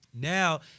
Now